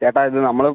ചേട്ടാ ഇത് നമ്മൾ